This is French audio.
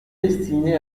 destinée